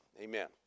Amen